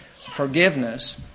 Forgiveness